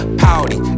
pouty